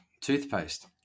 toothpaste